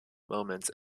moments